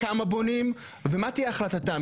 כמה בונים ומה תהיה החלטתם,